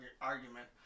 argument